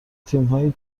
تیمهایی